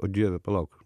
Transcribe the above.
o dieve palauk